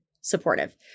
supportive